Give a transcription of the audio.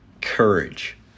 courage